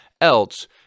else